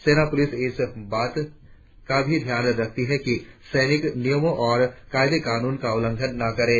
सेना पुलिस इस बात का भी ध्यान रखती है कि सैनिक नियमों तथा कायदे कानूनों का उलंघन न करे